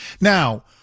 Now